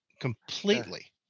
completely